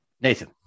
Nathan